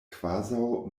kvazaŭ